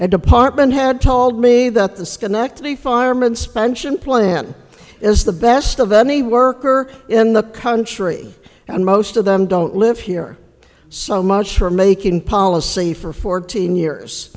and department had told me that the schenectady firemen suspension plan is the best of any worker in the country and most of them don't live here so much for making policy for fourteen years